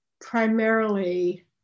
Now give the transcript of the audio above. primarily